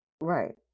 Right